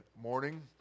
morning